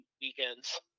weekends